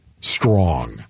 strong